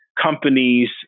companies